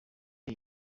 iyi